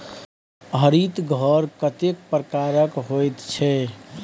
हरित घर कतेक प्रकारक होइत छै?